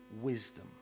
wisdom